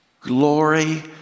Glory